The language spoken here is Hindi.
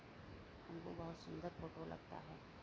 बहुत सुंदर फोटो लगता है